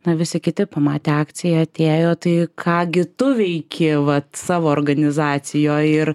na visi kiti pamatę akciją atėjo tai ką gi tu veiki vat savo organizacijoj ir